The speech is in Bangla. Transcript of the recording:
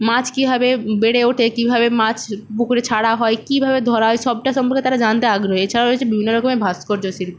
মাছ কীভাবে বেড়ে ওঠে কীভাবে মাছ পুকুরে ছাড়া হয় কীভাবে ধরা হয় সবটা সম্পর্কে তারা জানতে আগ্রহী এছাড়াও রয়েছে বিভিন্ন ভাস্কর্য শিল্প